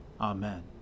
Amen